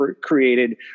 created